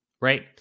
right